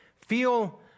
Feel